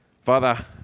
Father